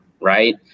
Right